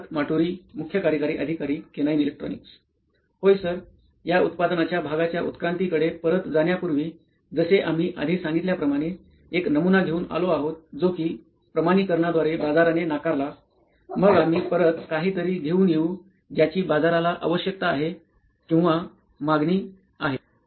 सिद्धार्थ माटुरी मुख्य कार्यकारी अधिकारी केनोइन इलेक्ट्रॉनीक्स होय सर या उत्पादनाच्या भागाच्या उत्क्रांती कडे परत जाण्यापूर्वी जसे आम्ही आधी सांगितल्या प्रमाणे आम्ही एक नमुना घेऊन आलो आहोंत जो कि प्रमाणीकरणाद्वारे बाजाराने नाकारला मग आम्ही परत काहीतरी घेऊन येऊ ज्याची बाजाराला आवश्यकता आहे किंवा मागणी आहे